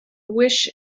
wish